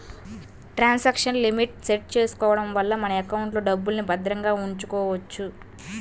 transaction limit set చేసుకోడం వల్ల మన ఎకౌంట్లో డబ్బుల్ని భద్రంగా ఉంచుకోవచ్చు